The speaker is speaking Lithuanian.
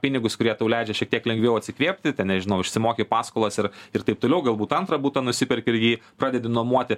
pinigus kurie tau leidžia šiek tiek lengviau atsikvėpti ten nežinau išsimoki paskolas ir ir taip toliau galbūt antrą butą nusiperki ir jį pradedi nuomuoti